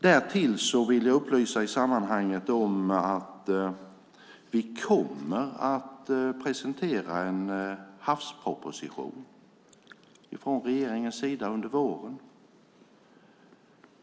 Därtill vill jag i sammanhanget upplysa om att vi kommer att från regeringens sida presentera en havsproposition under våren.